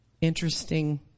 interesting